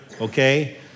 okay